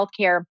healthcare